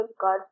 God